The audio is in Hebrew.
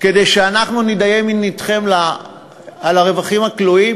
כדי שאנחנו נתדיין אתם על הרווחים הכלואים,